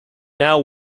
now